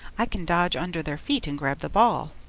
i can dodge under their feet and grab the ball.